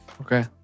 Okay